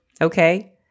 okay